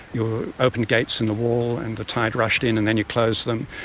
you open gates in the wall and the tide rushed in and then you closed them.